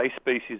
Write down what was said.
species